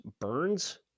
Burns